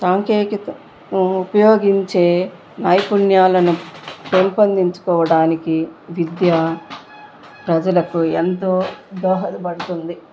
సాంకేతికతను ఉపయోగించే నైపుణ్యాలను పెంపొందించుకోవడానికి విద్య ప్రజలకు ఎంతో దోహదపడుతుంది